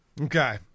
Okay